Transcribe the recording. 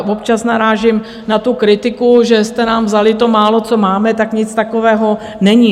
Občas narážím na kritiku, že jste nám vzali to málo, co máme nic takového není.